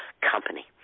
company